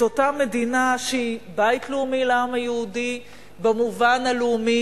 אותה מדינה שהיא בית לאומי לעם היהודי במובן הלאומי,